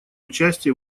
участие